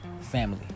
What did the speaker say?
family